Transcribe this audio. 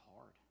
hard